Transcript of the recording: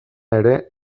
ere